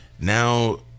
now